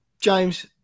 James